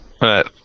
right